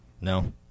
No